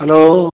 hello